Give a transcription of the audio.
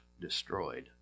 destroyed